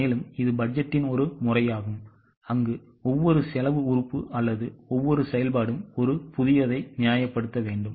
எனவே இது பட்ஜெட்டின் ஒரு முறையாகும் அங்கு ஒவ்வொரு செலவு உறுப்பு அல்லது ஒவ்வொரு செயல்பாடும் ஒரு புதியதை நியாயப்படுத்த வேண்டும்